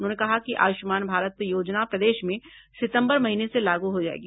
उन्होंने कहा कि आयुष्मान भारत योजना प्रदेश में सितंबर महीने से लागू हो जायेगी